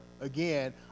again